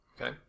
Okay